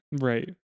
right